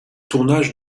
tournage